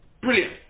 brilliant